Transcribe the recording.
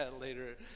later